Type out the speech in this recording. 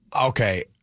Okay